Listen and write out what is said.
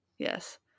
Yes